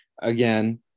Again